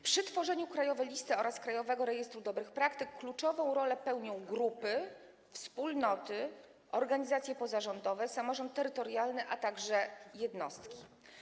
Przy tworzeniu krajowej listy oraz krajowego rejestru dobrych praktyk kluczową rolę odgrywają grupy, wspólnoty, organizacje pozarządowe, samorządy terytorialne, a także jednostki.